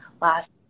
last